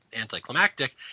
anticlimactic